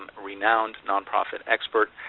renowned nonprofit expert,